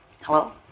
hello